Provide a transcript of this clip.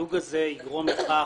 הפילוג הזה יגרום לכך,